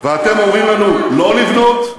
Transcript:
ואתם אומרים לנו לא לבנות?